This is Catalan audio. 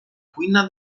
cuina